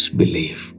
believe